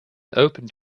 opened